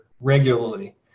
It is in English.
regularly